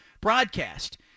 broadcast